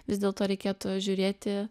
vis dėlto reikėtų žiūrėti